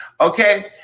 Okay